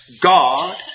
God